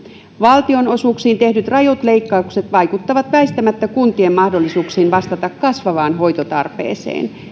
valtionosuuksiin tehdyt rajut leikkaukset vaikuttavat väistämättä kuntien mahdollisuuksiin vastata kasvavaan hoitotarpeeseen